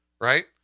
Right